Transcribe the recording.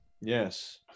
yes